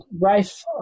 rife